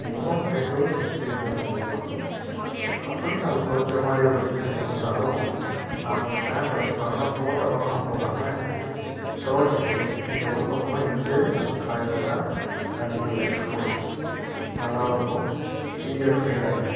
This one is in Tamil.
minimum five to six days நம்ம போடலாம் அப்படி நம்ம துவைக்கிற மாதிரி ஒரு சுச்சிவேஷன் வந்தாலும் நாம் இந்த பேண்ட்டை வந்து பார்த்தோன்னா போட்ட பக்கம் போடாமல் துவைச்சிட்டு இந்த உள்பக்கமாக இழுத்து நம்ம காயப்போட்டால் அது இன்னும் லைஃப் கொடுக்கும் நல்லாவும் இருக்கும் சீக்கிரம் ஃபேடாகாது